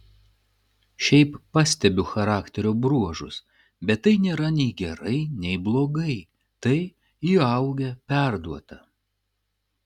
šiaip pastebiu charakterio bruožus bet tai nėra nei gerai nei blogai tai įaugę perduota